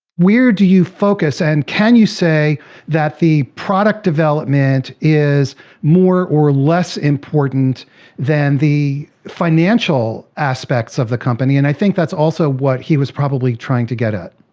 where do you focus and can you say that the product development is more or less important than the financial aspects of the company? and i think that's also what he was probably trying to get at.